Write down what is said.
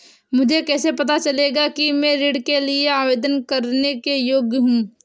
मुझे कैसे पता चलेगा कि मैं ऋण के लिए आवेदन करने के योग्य हूँ?